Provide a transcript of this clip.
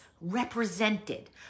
represented